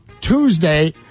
Tuesday